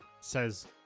says